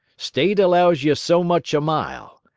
state allows ye so much a mile.